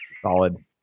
Solid